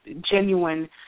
genuine